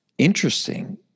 interesting